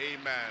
Amen